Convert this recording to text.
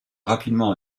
rapidement